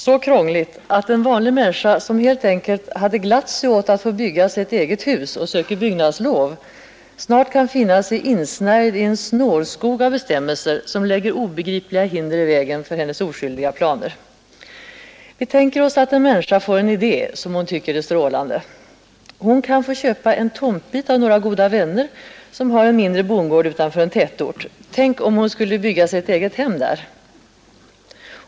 Så krångligt att en vanlig människa, som helt enkelt hade glatt sig åt att få bygga sig ett eget hus och söker byggnadslov, snart kan finna sig insnärjd i en snårskog av bestämmelser som lägger obegripliga hinder i vägen för hennes oskyldiga planer. Vi tänker oss att en människa får en idé, som hon tycker är strålande: Hon kan få köpa en tomtbit av några goda vänner, som har en mindre bondgård utanför en tätort. Tänk om hon skulle bygga sig ett eget hem där!